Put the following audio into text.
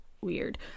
weird